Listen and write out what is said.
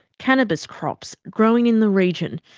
cannabis crops growing in the region,